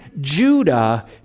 Judah